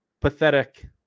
pathetic